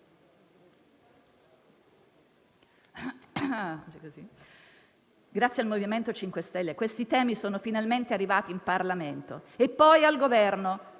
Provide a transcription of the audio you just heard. grazie al MoVimento 5 Stelle, questi temi sono finalmente arrivati in Parlamento e poi al Governo.